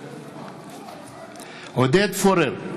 נגד עודד פורר,